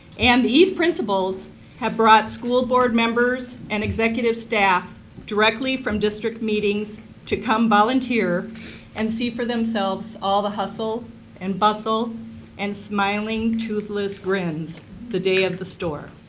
and the east principals have brought school board members and executive staff directly from district meetings to come volunteer and see for themselves all the hustle and bustle and smiling toothless grins the day of the store.